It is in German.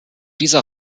dieser